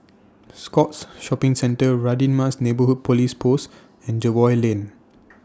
Scotts Shopping Centre Radin Mas Neighbourhood Police Post and Jervois Lane